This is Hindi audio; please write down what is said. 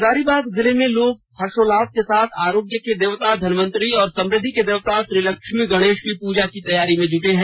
हजारीबाग जिले में लोग हर्षोल्लास के साथ अरोग्य के देवता धनवंतरी और समृद्धि के देवता श्रीलक्ष्मी गणेश की पूजा की तैयारी में जुटे हैं